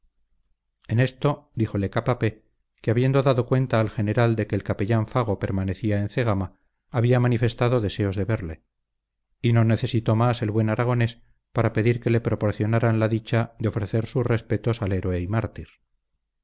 en esto díjole capapé que habiendo dado cuenta al general de que el capellán fago permanecía en cegama había manifestado deseos de verle y no necesitó más el buen aragonés para pedir que le proporcionaran la dicha de ofrecer sus respetos al héroe y mártir